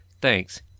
Thanks